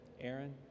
Aaron